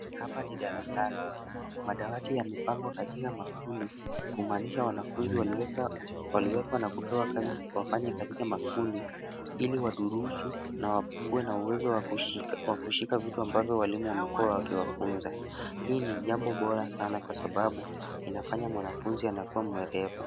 Hapa ni darasani, madawati yamepangwa katika makundi kumaanisha wanafunzi waliwekwa na kupewa kazi wafanye katika makundi ili wa durusu na wakuwe na uwezo wa kushika vitu ambavyo amekuwa wakiwafunza, hii ni jambo bora sana na kwa sababu inafanya mwanafunzi anakuwa mwerevu.